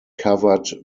covered